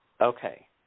Okay